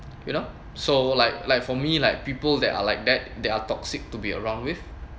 you know so like like for me like people that are like that they are toxic to be around with